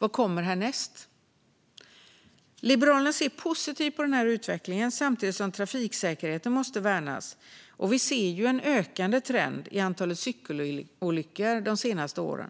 Vad kommer härnäst? Liberalerna ser positivt på utvecklingen samtidigt som trafiksäkerheten måste värnas. De senaste åren har vi kunnat se en ökande trend i antalet cykelolyckor.